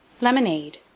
Lemonade